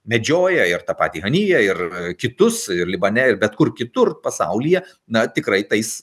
medžioja ir tą patį haniją ir kitus ir libane ir bet kur kitur pasaulyje na tikrai tais